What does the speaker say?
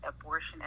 abortion